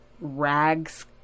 rags